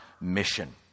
mission